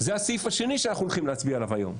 זה הסעיף השני שאנחנו הולכים להצביע עליו היום,